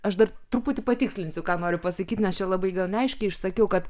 aš dar truputį patikslinsiu ką noriu pasakyt nes čia labai gal neaiškiai išsakiau kad